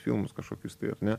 filmus kažkokius tai ar ne